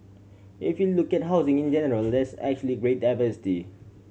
if you look at housing in general there's actually great diversity